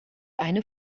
eine